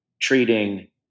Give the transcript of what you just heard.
treating